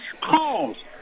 calls